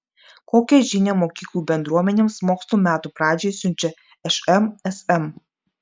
kokią žinią mokyklų bendruomenėms mokslo metų pradžiai siunčia šmsm